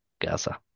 Gaza